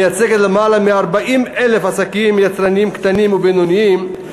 המייצגת למעלה מ-40,000 עסקים יצרניים קטנים ובינוניים,